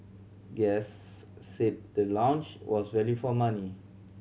guests said the lounge was value for money